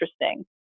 interesting